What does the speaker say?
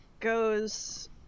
goes